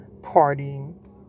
partying